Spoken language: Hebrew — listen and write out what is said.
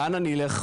לאן אני אלך?